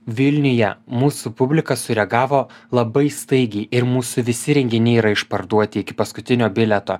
vilniuje mūsų publika sureagavo labai staigiai ir mūsų visi renginiai yra išparduoti iki paskutinio bilieto